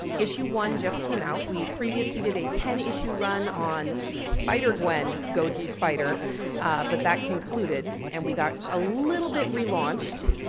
issue one just came out. we previously did a ten issue run on spider gwen ghost spider but that concluded, and we got a little bit relaunched.